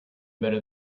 better